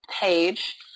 page